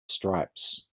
stripes